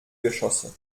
geschosse